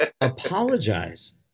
apologize